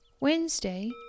Wednesday